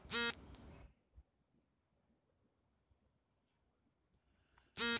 ನಾನು ಎನ್.ಬಿ.ಎಫ್.ಸಿ ಗಳಿಂದ ಪಡೆಯುವ ಸಾಲ ಸೌಲಭ್ಯಕ್ಕೆ ಬಹಳ ಬಡ್ಡಿ ಇರುತ್ತದೆಯೇ?